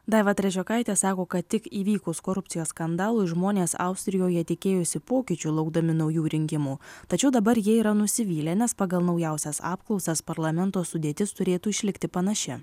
daiva trečiokaitė sako kad tik įvykus korupcijos skandalui žmonės austrijoje tikėjosi pokyčių laukdami naujų rinkimų tačiau dabar jie yra nusivylę nes pagal naujausias apklausas parlamento sudėtis turėtų išlikti panaši